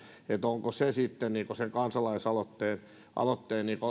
onko se sitten sen kansalaisaloitteen